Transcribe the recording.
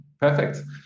Perfect